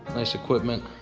nice equipment.